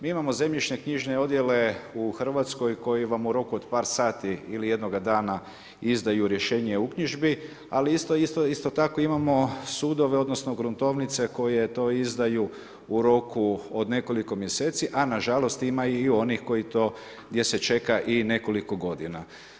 Mi imamo zemljišno-knjižne odjele u RH koji vam u roku od par sati ili jednoga dana izdaju rješenje o uknjižbi, ali isto tako imamo sudove, odnosno gruntovnice koje to izdaju u roku od nekoliko mjeseci, a nažalost ima i onih koji to, gdje se čeka i nekoliko godina.